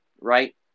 right